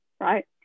right